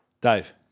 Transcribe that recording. Dave